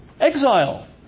Exile